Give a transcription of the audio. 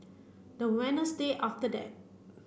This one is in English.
the after that